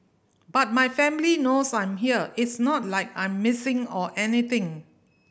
but my family knows I'm here it's not like I'm missing or anything